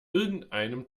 irgendeinem